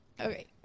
Okay